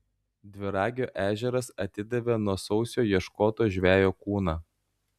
dviragio ežeras atidavė nuo sausio ieškoto žvejo kūną